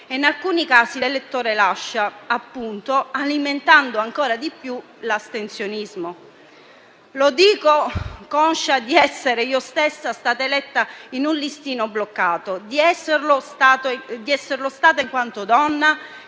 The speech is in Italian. In alcuni casi l'elettore lascia, alimentando ancora di più l'astensionismo. Dico questo conscia di essere stata io stessa eletta in un listino bloccato, di esserlo stata in quanto donna